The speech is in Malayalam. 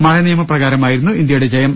മഴ നിയമപ്രകാരമായിരുന്നു ഇന്ത്യയുടെ ജയം